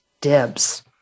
dibs